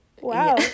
Wow